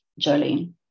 Jolene